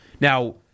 Now